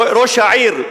ראש העיר,